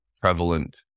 prevalent